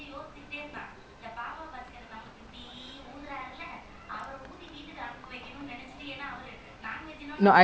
ya அஞ்சு பேர வச்சு:anju paera vachu nothing lah like if அஞ்சு பேரு:anju paeru my family can't even like my family ஆறு பேரு:aaru paeru can't even go out you know legit